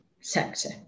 sector